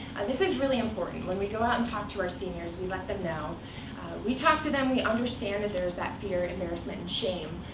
this is really important. when we go out and talk to our seniors, we let them know we talk to them. we understand that there is that fear, embarrassment, and shame,